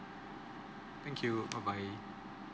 thank you bye bye